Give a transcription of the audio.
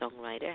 songwriter